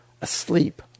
asleep